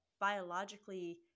biologically